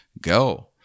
go